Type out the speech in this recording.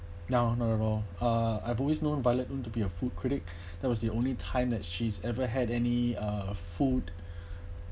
no not at all uh I've always known violet 0on to be a food critic that was the only time that she's ever had any uh food